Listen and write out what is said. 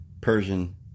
Persian